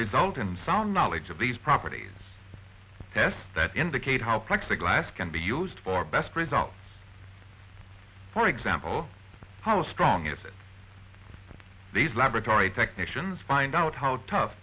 result in sound knowledge of these properties tests that indicate how plexiglas can be used for best results for example how strong is it these laboratory technicians find out how tough